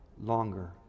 longer